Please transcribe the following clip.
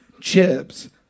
chips